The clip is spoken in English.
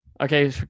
Okay